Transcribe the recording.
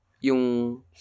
yung